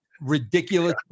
ridiculous